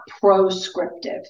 proscriptive